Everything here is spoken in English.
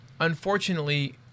Unfortunately